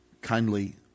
kindly